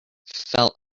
felt